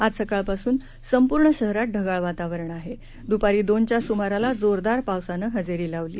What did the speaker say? आजसकाळपासूनसंपूर्णशहरातढगाळवातावरणआहेदुपारीदोनच्यासुमारालाजोरदारपावसानंहजेरीलावल